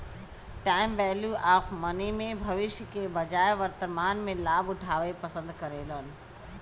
time value of money में भविष्य के बजाय वर्तमान में लाभ उठावे पसंद करेलन